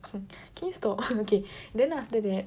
hmm can you stop okay then after that